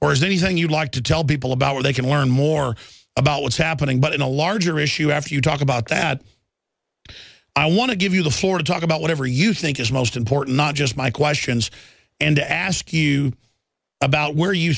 is anything you'd like to tell people about where they can learn more about what's happening but in a larger issue after you talk about that i want to give you the floor to talk about whatever you think is most important not just my questions and to ask you about where you